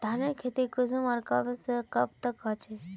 धानेर खेती कुंसम आर कब से कब तक होचे?